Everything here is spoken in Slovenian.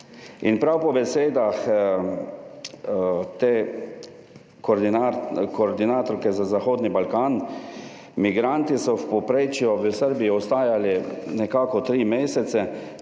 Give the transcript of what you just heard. In prav po besedah te koordinatorke za Zahodni Balkan, migranti so v povprečju v Srbiji ostajali nekako tri mesece,